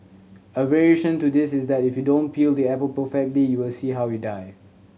a variation to this is that you don't peel the apple perfectly you'll see how you die